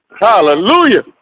Hallelujah